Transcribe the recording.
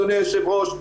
אדוני היו"ר,